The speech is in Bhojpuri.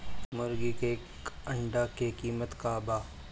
मुर्गी के एक अंडा के कीमत का बा?